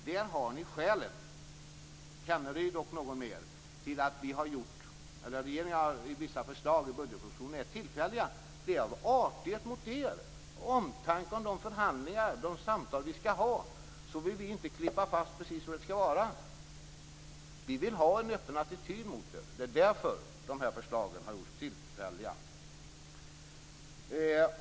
Rolf Kenneryd m.fl., där har ni skälet till att vissa förslag i budgetpropositionen är tillfälliga. Det är av artighet mot er och av omtanke om de förhandlingar och samtal som vi skall ha. Vi vill inte slå fast precis hur det skall vara. Vi vill ha en öppen attityd mot er. Det är därför som dessa förslag har gjorts tillfälliga.